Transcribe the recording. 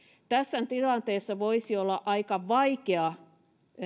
tässä tilanteessa voisi olla aika vaikea